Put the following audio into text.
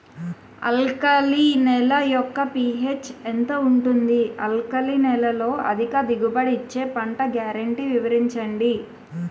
Alkali నేల యెక్క pH ఎంత ఉంటుంది? ఆల్కలి నేలలో అధిక దిగుబడి ఇచ్చే పంట గ్యారంటీ వివరించండి?